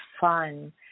fun